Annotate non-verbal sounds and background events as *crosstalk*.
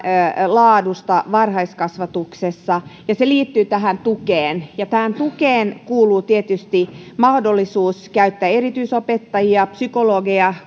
laadusta varhaiskasvatuksessa ja se liittyy tähän tukeen tähän tukeen kuuluu tietysti mahdollisuus käyttää erityisopettajia psykologeja *unintelligible*